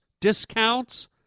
discounts